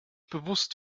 bewusst